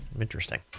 Interesting